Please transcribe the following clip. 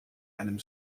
einem